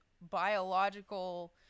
biological